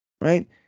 right